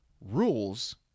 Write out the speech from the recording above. rules